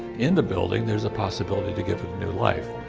in the building, there's a possibility to get it new life.